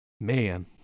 man